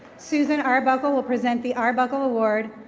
susan arbuckle will present the arbuckle award.